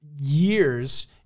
years